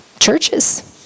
churches